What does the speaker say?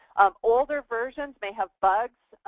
um older versions may have bugs,